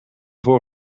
voor